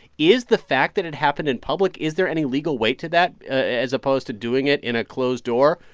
is the fact that it happened in public is there any legal weight to that as a posted doing it in a closed door,